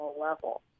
level